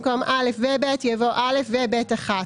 במקום "(א) ו-(ב)" יבוא "(א) ו-(ב1)".